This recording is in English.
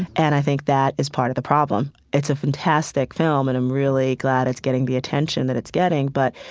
and i think that is part of the problem. it's a fantastic film and i'm really glad it's getting the attention that it's getting. but